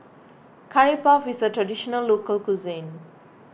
Curry Puff is a Traditional Local Cuisine